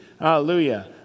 Hallelujah